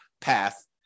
path